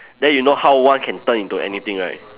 then you know how one can turn into anything right